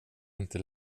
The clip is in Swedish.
inte